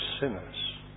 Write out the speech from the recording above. sinners